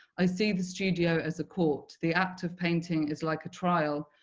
i see the studio as a court, the act of painting is like a trial,